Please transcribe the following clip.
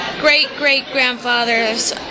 great-great-grandfather's